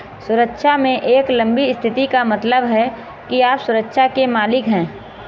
सुरक्षा में एक लंबी स्थिति का मतलब है कि आप सुरक्षा के मालिक हैं